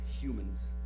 humans